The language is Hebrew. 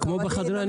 כמו בחדרי הניתוח?